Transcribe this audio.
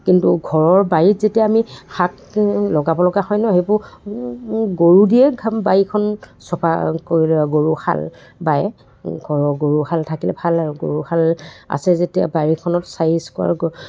কিন্তু ঘৰৰ বাৰীত যেতিয়া আমি শাক লগাবলগা হয় ন সেইবোৰ গৰুদিয়ে আমি বাৰীখন চাফা কৰি লওঁ গৰু হাল বাই ঘৰৰ গৰুহাল থাকিলে ভাল আৰু গৰুহাল আছে যেতিয়া বাৰীখনত চাৰিচুকৰ